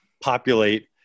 populate